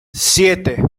siete